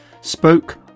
spoke